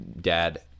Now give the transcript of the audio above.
dad